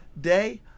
day